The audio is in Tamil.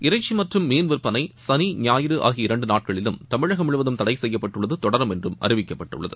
இறைச்சி மற்றும் மீன் விற்பனை சனி ஞாயிறு ஆகிய இரண்டு நாட்களிலும் தமிழகம் முழுவதும் தடை செய்யப்பட்டுள்ளது தொடரும் என்றும் அறிவிக்கப்பட்டுள்ளது